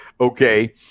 Okay